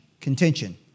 contention